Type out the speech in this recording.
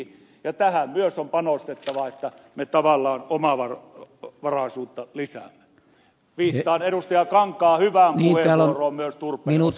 ja tähän myös on panostettava että me tavallaan omavara varaisuutta lisää tilan edustajakaan kantaa mihinkään omavaraisuutta lisäämme